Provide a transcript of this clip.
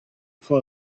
pull